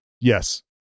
yes